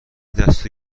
دستتو